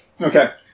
Okay